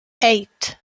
eight